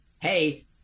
Hey